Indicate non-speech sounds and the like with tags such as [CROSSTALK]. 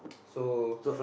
[NOISE] so